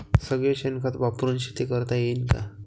सगळं शेन खत वापरुन शेती करता येईन का?